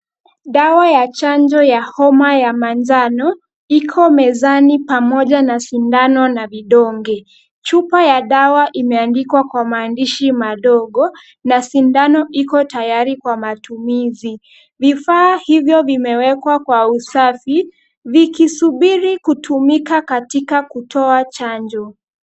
Dawa ya chanjo ya homa ya manjano Iko mezani pamoja na sindano na vidonge. Chupa ya dawa imeandikwa kwa maandishi madogo na sindano Iko tayari kwa matumizi, vifaa hivyo vimewekwa kwa usafi vikisubiri kutumika kwa kutoa chanjo.